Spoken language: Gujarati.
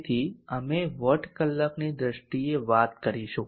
તેથી અમે વોટકલાકની દ્રષ્ટિએ વાત કરીશું